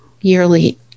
yearly